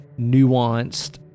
nuanced